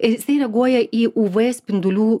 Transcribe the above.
ir jisai reaguoja į uv spindulių